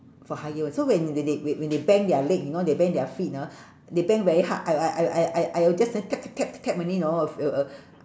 for higher so when they they w~ when they bang their leg you know they bang their feet ha they bang very hard I I I I I I will just uh tap tap tap tap tap only you know uh